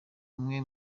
umwe